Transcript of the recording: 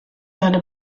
seine